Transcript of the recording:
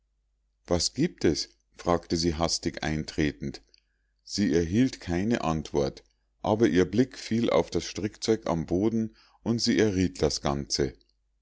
was giebt es fragte sie hastig eintretend sie erhielt keine antwort aber ihr blick fiel auf das strickzeug am fußboden und sie erriet das ganze